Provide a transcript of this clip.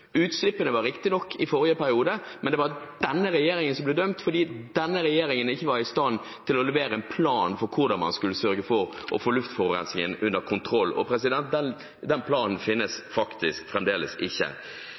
Utslippene var riktignok i forrige periode, men det var denne regjeringen som ble dømt, fordi denne regjeringen ikke var i stand til å levere en plan for hvordan man skulle sørge for å få luftforurensningen under kontroll. Og den planen finnes fremdeles ikke.